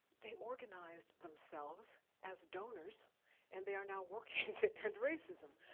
they organized themselves as donors and they are now working to end racism.